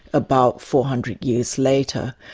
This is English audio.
about four hundred years later.